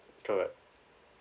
correct